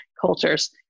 cultures